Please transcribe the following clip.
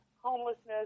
homelessness